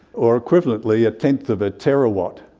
or equivalently a tenth of a terawatt.